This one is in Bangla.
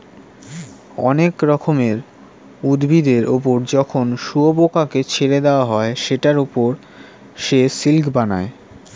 অনেক রকমের উভিদের ওপর যখন শুয়োপোকাকে ছেড়ে দেওয়া হয় সেটার ওপর সে সিল্ক বানায়